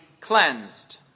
cleansed